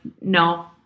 no